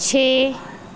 ਛੇ